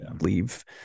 leave